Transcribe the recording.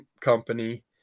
company